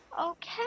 Okay